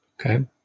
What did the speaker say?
Okay